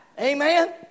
Amen